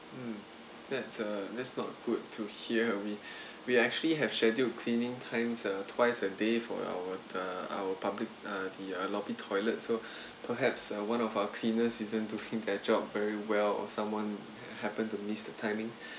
mm that's uh that's not good to hear we we actually have schedule cleaning times uh twice a day for our uh our public uh the uh lobby toilet so perhaps uh one of our cleaners isn't doing their job very well or someone happened to miss the timings